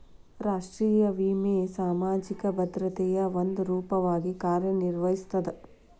ರಾಷ್ಟ್ರೇಯ ವಿಮೆ ಸಾಮಾಜಿಕ ಭದ್ರತೆಯ ಒಂದ ರೂಪವಾಗಿ ಕಾರ್ಯನಿರ್ವಹಿಸ್ತದ